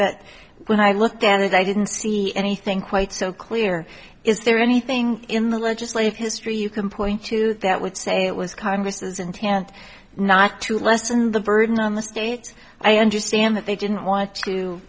that when i looked at it i didn't see anything quite so clear is there anything in the legislative history you can point to that would say it was congress's intent not to lessen the burden on the states i understand that they didn't want to